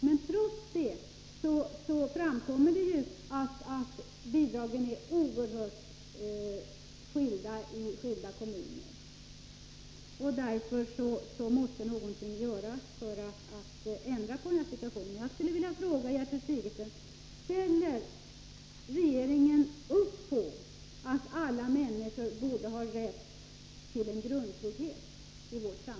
Men trots detta framkommer att bidragen är oerhört olika i skilda kommuner. Därför måste någonting göras för att ändra på situationen.